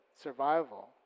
survival